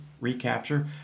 recapture